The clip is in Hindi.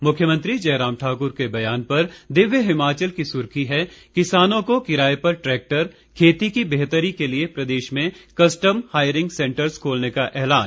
मुख्यमंत्री जयराम ठाकुर के बयान पर दिव्य हिमाचल की सुर्खी है किसानों को किराए पर ट्रैक्टर खेती की बेहतरी के लिये प्रदेश में कस्टम हायरिंग सेंटर्ज खोलने का ऐलान